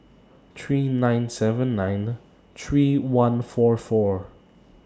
three nine seven nine three one four four